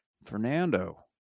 fernando